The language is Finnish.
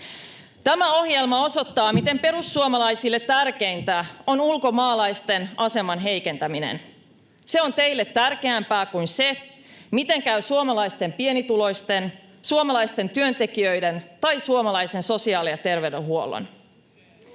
Tämä ohjelma osoittaa, miten perussuomalaisille tärkeintä on ulkomaalaisten aseman heikentäminen. Se on teille tärkeämpää kuin se, miten käy suomalaisten pienituloisten, suomalaisten työntekijöiden tai suomalaisen sosiaali- ja terveydenhuollon.